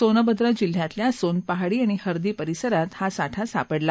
सोनभद्र जिल्ह्यातल्या सोन पहाडी आणि हरदी परिसरात हा साठा सापडला